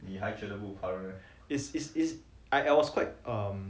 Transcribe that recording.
is is is I I was like um